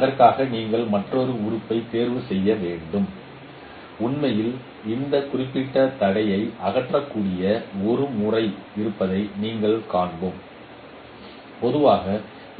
அதற்காக நீங்கள் மற்றொரு உறுப்பைத் தேர்வு செய்ய வேண்டும் உண்மையில் இந்த குறிப்பிட்ட தடையை அகற்றக்கூடிய ஒரு முறை இருப்பதை நாங்கள் காண்போம் பொதுவாக